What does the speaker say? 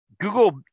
Google